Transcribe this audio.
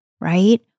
right